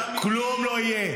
כלום לא יהיה.